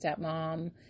stepmom